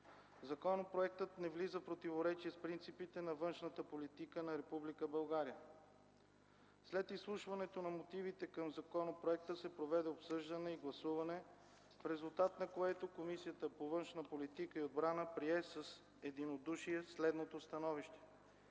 Законопроектът не влиза в противоречие с принципите на външната политика на Република България. След изслушването на мотивите към законопроекта се проведе обсъждане и гласуване, в резултат на което Комисията по външна политика и отбрана прие с единодушие следното становище: